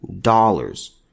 dollars